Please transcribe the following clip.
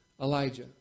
Elijah